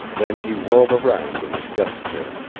then he whirled around in his desk chair.